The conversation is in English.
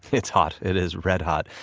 it's hot. it is red hot.